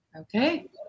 Okay